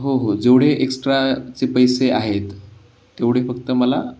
हो हो जेवढे एक्स्ट्राचे पैसे आहेत तेवढे फक्त मला